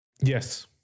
Yes